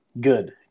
Good